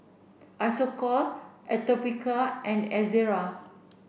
Isocal Atopiclair and Ezerra